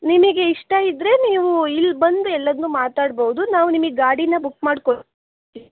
ನಿಮಗೆ ಇಷ್ಟ ಇದ್ದರೆ ನೀವು ಇಲ್ಲಿ ಬಂದು ಎಲ್ಲದನ್ನು ಮಾತಾಡಬಹುದು ನಾವು ನಿಮಗೆ ಗಾಡಿನ ಬುಕ್ ಮಾಡಿಕೊಡ್ತೀವಿ